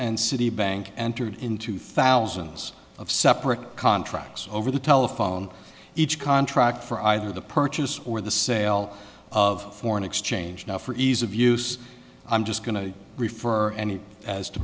and citibank entered into thousands of separate contracts over the telephone each contract for either the purchase or the sale of foreign exchange now for ease of use i'm just going to refer any as to